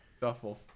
Duffel